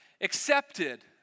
accepted